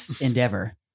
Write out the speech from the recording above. endeavor